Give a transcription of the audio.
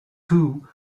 too